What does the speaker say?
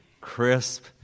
crisp